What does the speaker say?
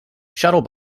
shuttle